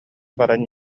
баран